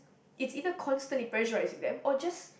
it's either constantly pressurising them or just